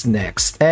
next